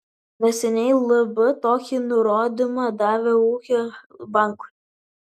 neseniai lb tokį nurodymą davė ūkio bankui